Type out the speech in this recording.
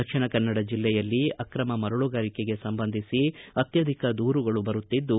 ದಕ್ಷಿಣ ಕನ್ನಡ ಜಿಲ್ಲೆಯಲ್ಲಿ ಅಕ್ರಮ ಮರಳುಗಾರಿಕೆಗೆ ಸಂಬಂಧಿಸಿ ಅತ್ಯಧಿಕ ದೂರುಗಳು ಬರುತ್ತಿದ್ದು